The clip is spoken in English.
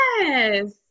yes